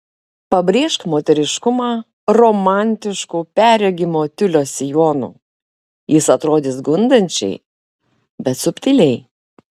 pabrėžk moteriškumą romantišku perregimo tiulio sijonu jis atrodys gundančiai bet subtiliai